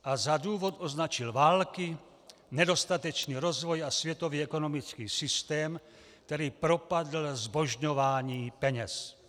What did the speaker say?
A za důvod označil války, nedostatečný rozvoj a světový ekonomický systém, který propadl zbožňování peněz.